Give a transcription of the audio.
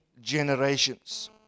generations